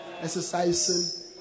exercising